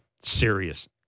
serious